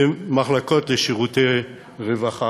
למחלקות לשירותי רווחה,